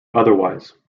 otherwise